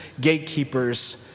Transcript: gatekeepers